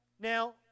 Now